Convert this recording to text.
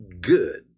good